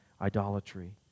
idolatry